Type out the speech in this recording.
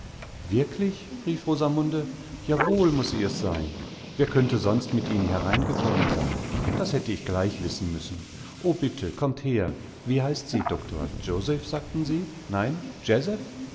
wirklich rief rosamunde jawohl muß sie es sein wer könnte sonst mit ihnen hereingekommen sein das hätte ich gleich wissen können o bitte kommt her wie heißtsie doktor joseph sagtensie nein